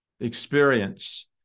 Experience